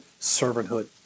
servanthood